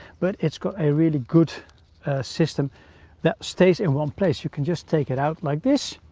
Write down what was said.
but its got a really good system that stays in one place. you can just take it out like this.